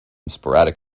sporadic